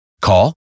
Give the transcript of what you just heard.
Call